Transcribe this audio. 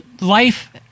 life